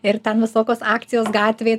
ir ten visokios akcijos gatvėj